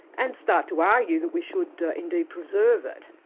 and start to argue that we should indeed preserve it.